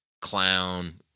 clown